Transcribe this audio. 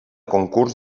concurs